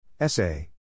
Essay